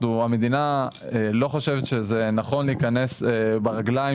המדינה לא חושבת שזה נכון להיכנס ברגליים